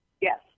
Yes